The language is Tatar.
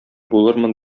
булырмын